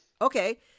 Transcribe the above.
okay